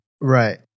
right